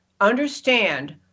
Understand